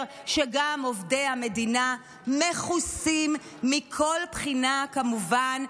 שגם עובדי המדינה מכוסים מכל בחינה כמובן,